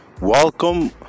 Welcome